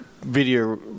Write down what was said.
video